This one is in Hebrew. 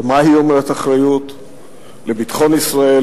מה אומרת אחריות לביטחון ישראל,